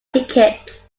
tickets